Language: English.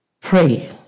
pray